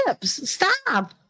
Stop